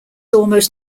almost